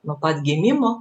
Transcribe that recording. nuo pat gimimo